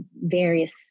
various